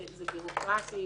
זה בירוקרטי,